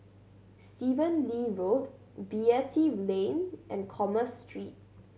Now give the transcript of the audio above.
Stephen Lee Road Beatty Lane and Commerce Street